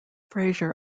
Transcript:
fraser